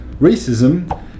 Racism